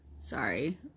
sorry